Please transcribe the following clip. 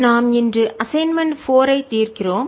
நாம் இன்று அசைன்மென்ட் 4 ஐ தீர்க்கிறோம்